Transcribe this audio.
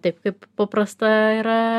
taip kaip paprasta yra